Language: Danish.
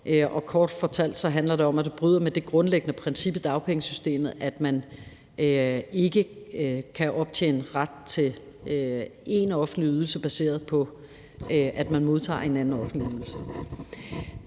Kort fortalt handler det om, at du bryder med det grundlæggende princip i dagpengesystemet om, at man ikke kan optjene ret til én offentlig ydelse, baseret på at man modtager en anden offentlig ydelse.